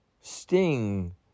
Sting